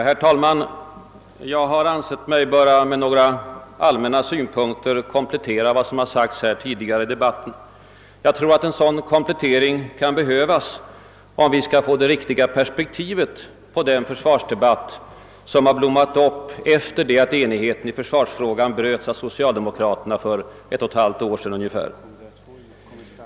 Herr talman! Jag har ansett mig böra med några allmänna synpunkter komplettera vad som sagts tidigare i debatien Jag tror att en sådan komplettering kan behövas om vi skall få det rik tiga perspektivet på den försvarsdebatt som blommat upp efter det att enigheten i försvarsfrågan för ungefär ett och ett halvt år sedan bröts av socialdemokraterna.